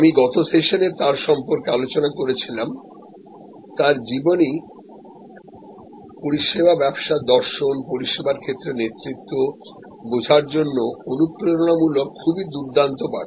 আমি গত সেশনে তার সম্পর্কে আলোচনা করেছিলামতার জীবনী পরিষেবা ব্যবসার দর্শন পরিষেবার ক্ষেত্রে নেতৃত্ব বোঝার জন্য অনুপ্রেরণামূলক খুবই দুর্দান্ত পাঠ